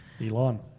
Elon